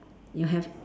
you have